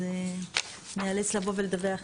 אז ניאלץ לבוא ולדווח.